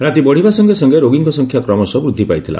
ରାତି ବଢ଼ିବା ସଙେ ସଙେ ରୋଗୀଙ୍ ସଂଖ୍ୟା କ୍ରମଶଃ ବୃଦ୍ଧି ପାଇଥିଲା